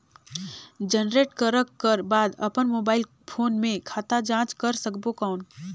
Generate करक कर बाद अपन मोबाइल फोन मे खाता जांच कर सकबो कौन?